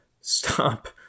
stop